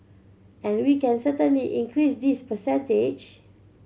and we can certainly increase this percentage